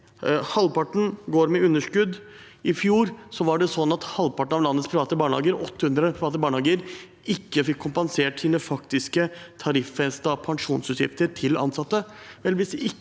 Halvparten går med underskudd. I fjor fikk halvparten av landets private barnehager, 800 private barnehager, ikke kompensert sine faktiske, tariffestede pensjonsutgifter til ansatte.